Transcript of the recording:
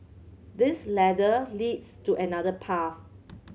this ladder leads to another path